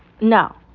no